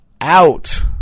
out